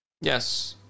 Yes